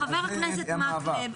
חבר הכנסת מקלב,